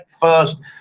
first